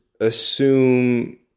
Assume